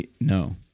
No